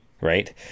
Right